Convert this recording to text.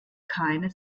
keine